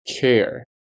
care